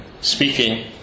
speaking